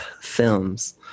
films